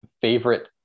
favorite